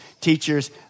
teachers